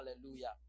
Hallelujah